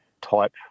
type